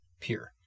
pure